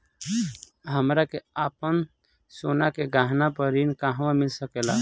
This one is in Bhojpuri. हमरा के आपन सोना के गहना पर ऋण कहवा मिल सकेला?